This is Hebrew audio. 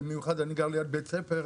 במיוחד אצלי שאני גר ליד בית ספר,